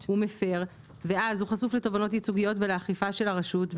הוא מפר ואז הוא חשוף לתובענות ייצוגיות ולאכיפה של הרשות.